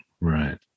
Right